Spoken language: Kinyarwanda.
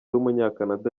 w’umunyakanada